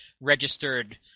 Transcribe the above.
registered –